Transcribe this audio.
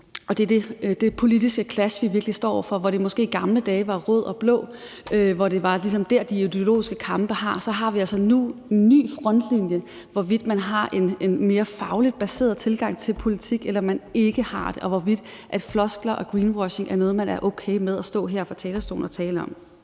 er. Det er det politiske clash, vi virkelig står over for. Hvor det måske i gamle dage var de røde og de blå, og hvor det var der, de ideologiske kampe var, har vi altså nu en ny frontlinje, alt efter om man har en mere fagligt baseret tilgang til politik eller man ikke har det, og hvorvidt floskler og greenwashing er noget, man er okay med at stå her på talerstolen og tale om.